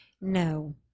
No